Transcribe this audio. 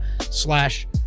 slash